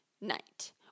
night